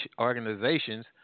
organizations